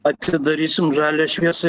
atidarysim žalią šviesą